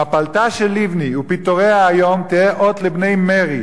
מפלתה של לבני ופיטוריה היום יהיו "אות לבנֵי מרי".